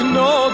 no